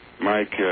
Mike